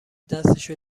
دستشو